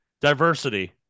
diversity